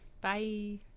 Bye